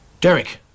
Derek